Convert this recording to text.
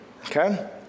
okay